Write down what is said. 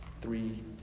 three